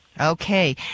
Okay